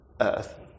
earth